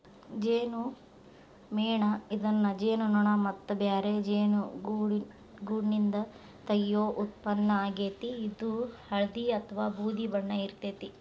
ಜೇನುಮೇಣ ಇದನ್ನ ಜೇನುನೋಣ ಮತ್ತ ಬ್ಯಾರೆ ಜೇನುಗೂಡ್ನಿಂದ ತಗಿಯೋ ಉತ್ಪನ್ನ ಆಗೇತಿ, ಇದು ಹಳ್ದಿ ಅತ್ವಾ ಬೂದಿ ಬಣ್ಣ ಇರ್ತೇತಿ